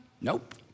nope